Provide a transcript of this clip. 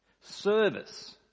Service